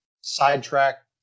sidetrack